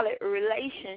relationship